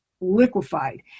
liquefied